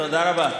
תודה רבה.